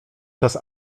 czas